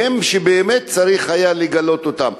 והם שבאמת צריך היה לגלות אותם.